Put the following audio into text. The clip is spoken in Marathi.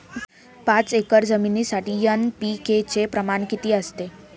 पाच एकर शेतजमिनीसाठी एन.पी.के चे प्रमाण किती असते?